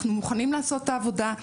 אנחנו מוכנים לעשות את העבודה,